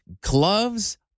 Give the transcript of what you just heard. gloves